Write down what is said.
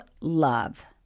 love